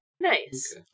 Nice